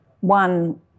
one